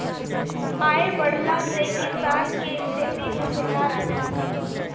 आय बढ़ला से किसान के स्थिति में सुधार आवेला